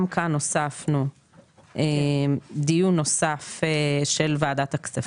גם כאן הוספנו דיון נוסף של וועדת הכספים.